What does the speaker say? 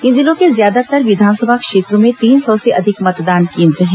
इन जिलों के ज्यादातर विधानसभा क्षेत्रों में तीन सौ से अधिक मतदान केन्द्र हैं